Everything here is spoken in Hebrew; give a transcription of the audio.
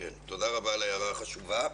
תודה רבה על ההערה החשובה.